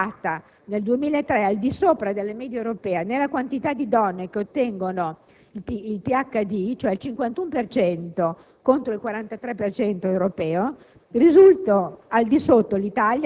nonostante l'Italia si sia rivelata nel 2003 al di sopra della media europea nella quantità di donne che ottengono i PHD (51 per cento contro il 43 per